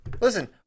listen